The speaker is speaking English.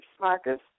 Marcus